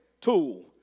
tool